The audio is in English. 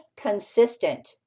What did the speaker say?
consistent